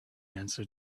answer